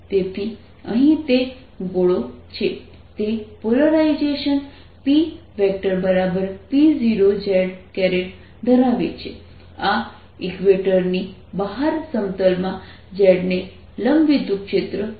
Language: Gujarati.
તેથી અહીં તે ગોળો છે તે પોલરાઇઝેશન PP0 z ધરાવે છે આ ઇક્વેટર ની બહાર સમતલમાં z ને લંબ વિદ્યુતક્ષેત્ર છે